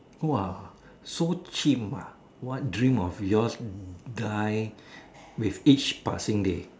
!wah! so chim ah what dream of your's die with each passing day